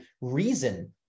reason